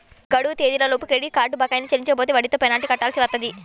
గడువు తేదీలలోపు credit card బకాయిల్ని చెల్లించకపోతే వడ్డీతో పెనాల్టీ కట్టాల్సి వత్తది